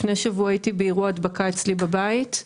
לפני שבוע הייתי באירוע הדבקה אצלי בבית.